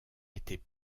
étaient